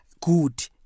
good